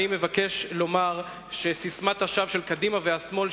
אני מבקש לומר שססמת השווא של קדימה והשמאל,